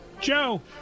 Joe